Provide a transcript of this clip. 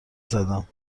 زدم